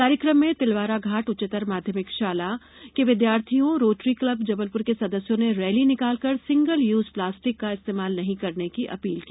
कार्यक्रम में तिलवारा घाट उच्चतर माध्यमिक शाला के विद्यार्थियों रोटरी क्लब जबलपुर के सदस्यों ने रैली निकालकर सिंगल यूज प्लास्टिक का इस्तेमाल नहीं करने की अपील की